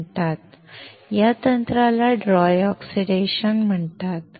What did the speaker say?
म्हणतात या तंत्राला ड्राय ऑक्सिडेशन म्हणतात